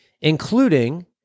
including